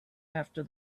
after